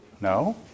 No